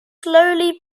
slowly